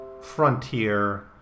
frontier